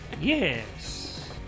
Yes